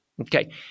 Okay